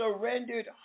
surrendered